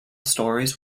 stories